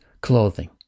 clothing